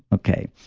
okay,